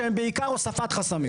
שהם בעיקר הוספת חסמים.